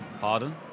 Pardon